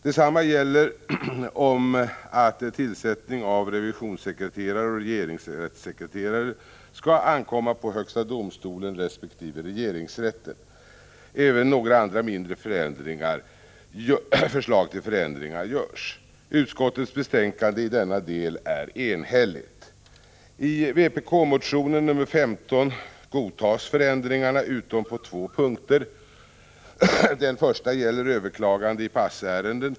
Detsamma gäller om att tillsättning av revisionssekreterare och regeringsrättssekreterare skall ankomma på högsta domstolen resp. regeringsrätten. Även några andra mindre förändringar föreslås. Utskottets betänkande i denna del är enhälligt. I vpk-motion nr 15 godtas förändringarna, utom på två punkter. Den första gäller överklagande i passärenden.